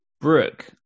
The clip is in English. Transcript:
Brooke